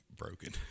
broken